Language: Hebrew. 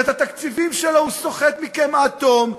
ואת התקציבים שלו הוא סוחט מכם עד תום,